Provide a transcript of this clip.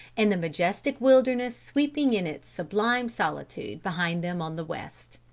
and the majestic wilderness sweeping in its sublime solitude behind them on the west.